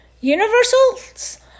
Universal's